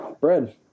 bread